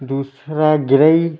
دوسرا گرئی